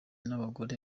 n’abagore